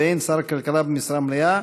ואין שר כלכלה במשרה מלאה,